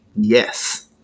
yes